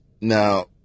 now